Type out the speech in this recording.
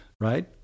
right